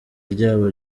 ryabo